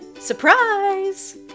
Surprise